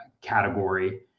category